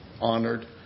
honored